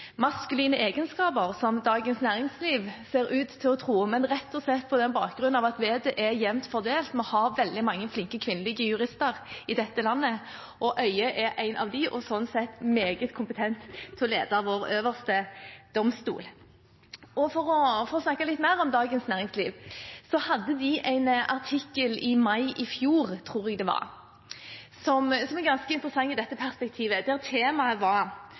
egenskaper», som Dagens Næringsliv ser ut til å tro, men rett og slett på bakgrunn av at vettet er jevnt fordelt. Vi har veldig mange flinke kvinnelige jurister i dette landet. Øie er en av dem og slik sett meget kompetent til å lede vår øverste domstol. For å snakke litt mer om Dagens Næringsliv: De hadde en artikkel i mai i fjor som er ganske interessant i dette perspektivet, der overskriften var: